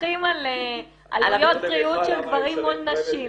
מתווכחים על עלויות בריאות של גברים מול נשים.